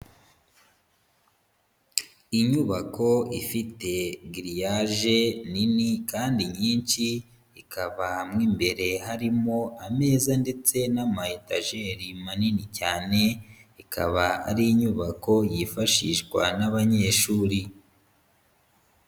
Inyubako ifite giriyaje nini kandi nyinshi, ikaba mo imbere harimo ameza ndetse nama etajeri manini cyane, ikaba ari inyubako yifashishwa n'abanyeshuri.